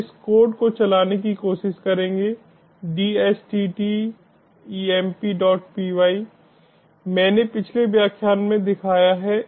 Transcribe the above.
हम इस कोड को चलाने की कोशिश करेंगे DHTTEMPpy मैंने पिछले व्याख्यान में दिखाया है